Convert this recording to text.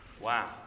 Wow